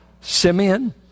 Simeon